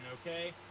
okay